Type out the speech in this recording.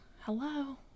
hello